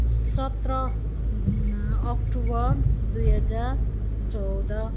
सत्र अक्टोबर दुई हजार चौध